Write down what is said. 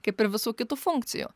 kaip ir visų kitų funkcijų